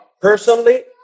Personally